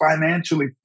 financially